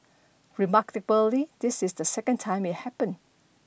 remarkably this is the second time it happened